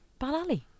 balali